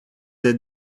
dei